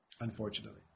unfortunately